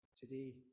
today